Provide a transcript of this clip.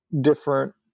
different